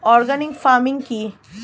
Organic farming কি?